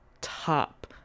top